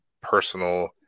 personal